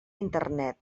internet